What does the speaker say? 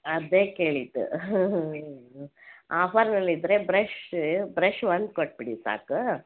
ಅದೇ ಕೇಳಿದ್ದು ಆಫರಲ್ಲಿ ಇದ್ದರೆ ಬ್ರೆಶ್ ವೇವ್ ಬ್ರೆಶ್ ಒಂದು ಕೊಟ್ಟ್ಬಿಡಿ ಸಾಕು